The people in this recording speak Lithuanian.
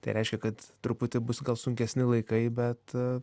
tai reiškia kad truputį bus gal sunkesni laikai bet